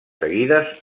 seguides